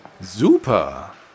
Super